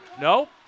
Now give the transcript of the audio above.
No